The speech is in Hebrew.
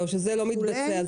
זה לא מתבצע.